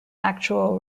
actual